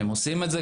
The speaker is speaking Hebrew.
הם עושים את זה.